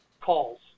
calls